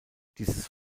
dieses